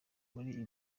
muri